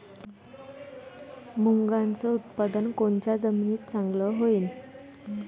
मुंगाचं उत्पादन कोनच्या जमीनीत चांगलं होईन?